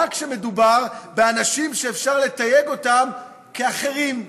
רק כשמדובר באנשים שאפשר לתייג אותם כאחרים,